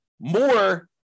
more